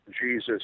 Jesus